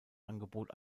angebot